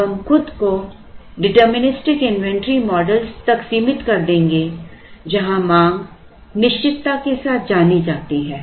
अब हम खुद को डिटरमिनिस्टिक इन्वेंटरी मॉडल तक सीमित कर देंगे जहां मांग निश्चितता के साथ जानी जाती है